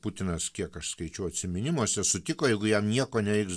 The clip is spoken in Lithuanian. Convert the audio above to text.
putinas kiek aš skaičiau atsiminimuose sutiko jeigu jam nieko nereiks